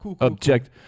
Object